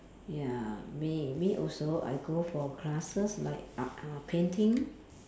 ya me me also I go for classes like uh painting